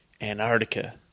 Antarctica